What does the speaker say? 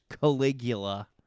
caligula